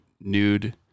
nude